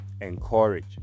encourage